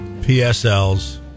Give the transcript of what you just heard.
PSLs